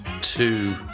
two